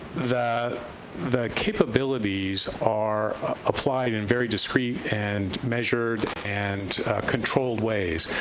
the the capabilities are applied in very discrete and measured and controlled ways.